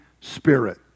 Spirit